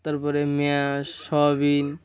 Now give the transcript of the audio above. তার পরে mash soybean